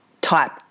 type